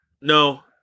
No